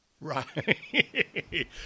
Right